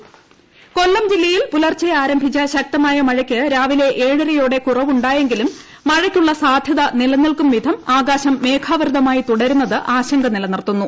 ടട കൊല്ലം മഴ കൊല്ലം ജില്ലയിൽ പുലർച്ചെ ആരംഭിച്ച ശക്തമായ മഴയ്ക്ക് രാവിലെ ഏഴരയോടെ കുറവുണ്ടായെങ്കിലും മഴയ്ക്കുള്ള സാധ്യത നിലനിൽക്കുംവിധം ആകാശം മേഘാവൃതമായി തുടരുന്നത് ആശങ്ക നിലനിർത്തുന്നു